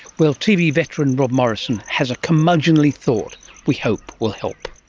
well, tv veteran rob morrison has a curmudgeonly thought we hope will help.